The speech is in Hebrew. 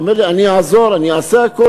הוא אמר לי: אני אעזור, אני אעשה הכול.